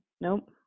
nope